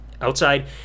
outside